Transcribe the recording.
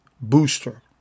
booster